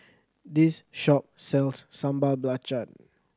this shop sells Sambal Belacan